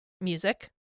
music